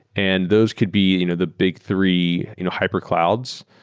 and those could be you know the big three hyper clouds,